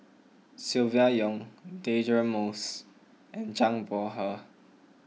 Silvia Yong Deirdre Moss and Zhang Bohe